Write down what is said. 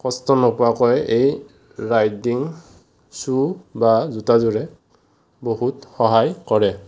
কষ্ট নোপোৱাকৈ এই ৰাইডিং শ্বু বা জোতাযোৰে বহুত সহায় কৰে